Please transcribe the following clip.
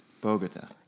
Bogota